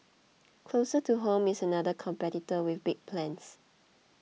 closer to home is another competitor with big plans